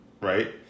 Right